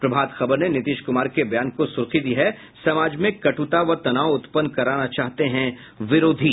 प्रभात खबर ने नीतीश कुमार के बयान को सुर्खी दी है समाज में कट्रता व तनाव उत्पन्न कराना चाहते हैं विरोधी